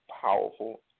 powerful